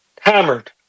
hammered